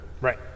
Right